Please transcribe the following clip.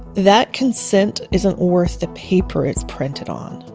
that consent isn't worth the paper it's printed on,